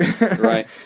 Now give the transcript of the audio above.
Right